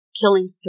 killing